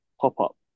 pop-up